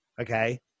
okay